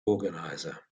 organiser